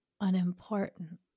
unimportant